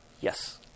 yes